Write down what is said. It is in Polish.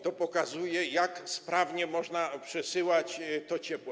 To pokazuje, jak sprawnie można przesyłać to ciepło.